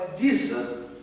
Jesus